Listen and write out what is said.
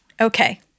Okay